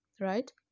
right